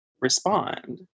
respond